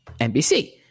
NBC